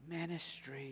ministry